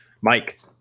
Mike